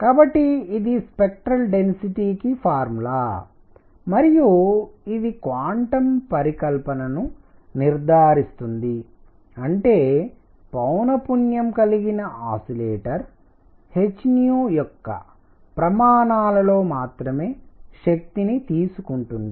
కాబట్టి ఇది spectral density కి ఫార్ములా మరియు ఇది క్వాంటం పరికల్పనను నిర్ధారిస్తుంది అంటే పౌనఃపున్యం కలిగిన ఆసిలేటర్ hయొక్క ప్రమాణాల లో మాత్రమే శక్తిని తీసుకుంటుంది